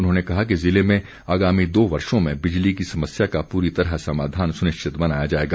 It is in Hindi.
उन्होंने कहा कि ज़िले में आगामी दो वर्षों में बिजली की समस्या का पूरी तरह समाधान सुनिश्चित बनाया जाएगा